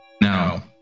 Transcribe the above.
Now